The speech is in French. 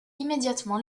immédiatement